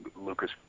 Lucas